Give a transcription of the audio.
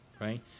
right